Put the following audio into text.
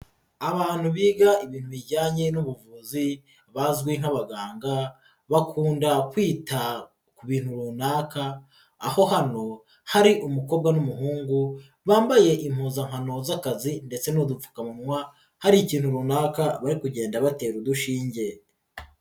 Abantu biga ibintu bijyanye n'ubuvuzi bazwi nk'abaganga bakunda kwita ku bintu runaka, aho hano hari umukobwa n'umuhungu bambaye impuzankano z'akazi ndetse n'udupfukamunwa hari ikintu runaka bari kugenda batera udushinge.